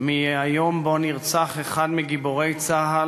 מהיום שבו נרצח אחד מגיבורי צה"ל,